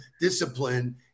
discipline